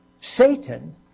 Satan